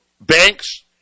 banks